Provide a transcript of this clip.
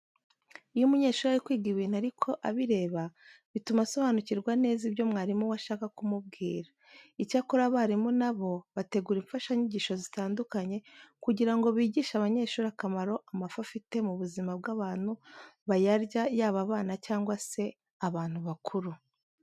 Iyo umunyeshuri ari kwiga ibintu ariko abireba bituma asobanukirwa neza ibyo mwarimu we ashaka kumubwira. Icyakora abarimu na bo bategura imfashanyigisho zitandukanye kugira ngo bigishe abanyeshuri akamaro amafi afite mu buzima bw'abantu bayarya yaba abana cyangwa se abantu bakuru.